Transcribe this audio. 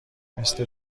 مثل